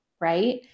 Right